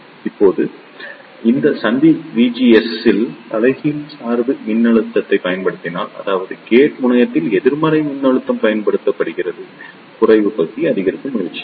இப்போது இந்த சந்தி விஜிஎஸ்ஸில் தலைகீழ் சார்பு மின்னழுத்தத்தைப் பயன்படுத்தினால் அதாவது கேட் முனையத்தில் எதிர்மறை மின்னழுத்தம் பயன்படுத்தப்படுகிறது குறைப்பு பகுதி அதிகரிக்க முயற்சிக்கும்